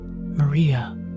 Maria